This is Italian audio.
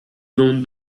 non